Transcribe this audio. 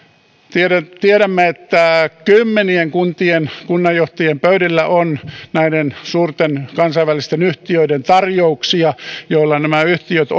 tiedämme tiedämme että kymmenien kuntien kunnanjohtajien pöydillä on suurten kansainvälisten yhtiöiden tarjouksia joilla nämä yhtiöt